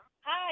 Hi